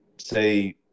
say